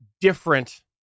different